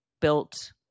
built